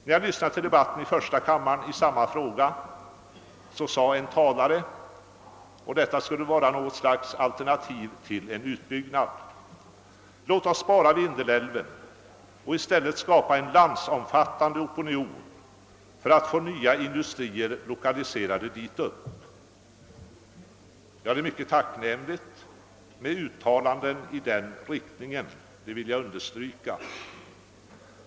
När jag lyssnade till debatten i första kammaren i samma fråga sade en talare — och detta skulle vara alternativet till en utbyggnad: Låt oss spara Vindelälven och i stället skapa en landsomfattande opinion för att få nya industrier lokaliserade till Norrlands inland. Det är mycket tacknämligt med uttalanden i den riktningen, det vill jag understryka.